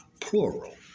plural